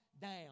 down